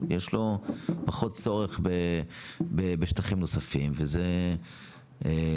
יש לו פחות צורך בשטחים נוספים וזה -- מה